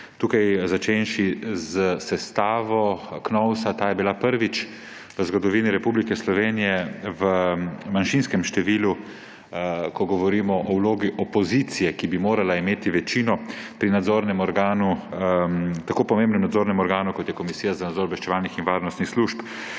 začenši s sestavo Knovsa. Ta je bila prvič v zgodovini Republike Slovenije v manjšinskem številu, ko govorimo o vlogi opozicije, ki bi morala imeti večino pri tako pomembnem nadzornem organu kot je Komisija za nadzor obveščevalnih in varnostnih služb.